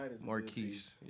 Marquise